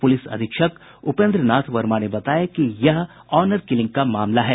police अधीक्षक उपेन्द्र नाथ वर्मा ने बताया कि यह ऑनर किलिंग का मामला है